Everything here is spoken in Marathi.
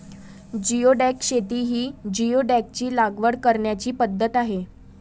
जिओडॅक शेती ही जिओडॅकची लागवड करण्याची पद्धत आहे